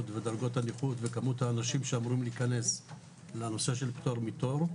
ודרגות הנכות וכמות האנשים שאמורים להיכנס לנושא של פטור מתור.